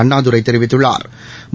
அண்ணாதுரை தெரிவித்துள்ளாா்